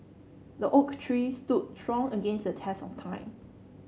the oak tree stood strong against the test of time